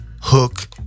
hook